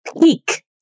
peak